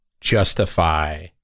justify